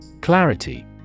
Clarity